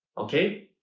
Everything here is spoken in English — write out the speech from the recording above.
okay?